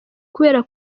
kubera